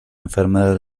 enfermedad